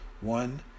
One